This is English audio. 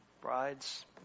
Brides